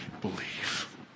believe